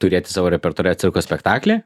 turėti savo repertuare cirko spektaklį